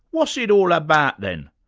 what's it all about then?